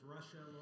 Russia